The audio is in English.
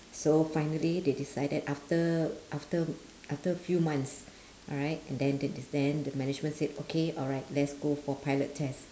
so finally they decided after after after few months alright and then th~ then the management said okay alright let's go for pilot test